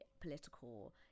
political